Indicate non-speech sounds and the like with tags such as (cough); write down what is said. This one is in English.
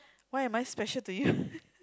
why am I special to you (laughs)